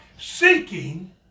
Seeking